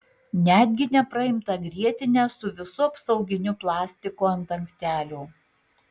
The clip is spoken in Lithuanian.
netgi nepraimtą grietinę su visu apsauginiu plastiku ant dangtelio